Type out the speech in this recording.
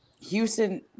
Houston